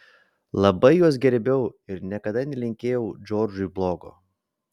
labai juos gerbiau ir niekada nelinkėjau džordžui blogo